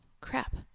crap